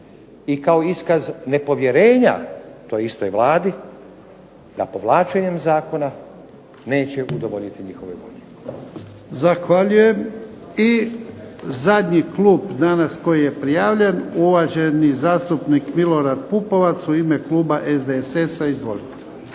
i kao iskaz nepovjerenja toj istoj Vladi, za povlačenjem Zakona neće udovoljiti njihovoj volji.